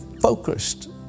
focused